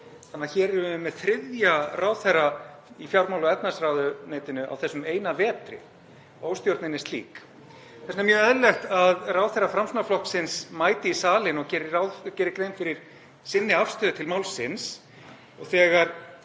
skiptimynt. Hér erum við því með þriðja ráðherra í fjármála- og efnahagsráðuneytinu á þessum eina vetri, óstjórnin er slík. Þess vegna er mjög eðlilegt að ráðherra Framsóknarflokksins mæti í salinn og geri grein fyrir sinni afstöðu til málsins. Þegar